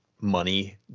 money